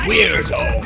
Weirdo